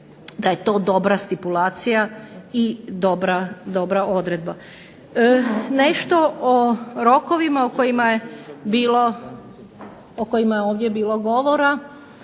da je to dobra stipulacija i dobra odredba. Nešto o rokovima o kojima je ovdje bilo govora,